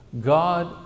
God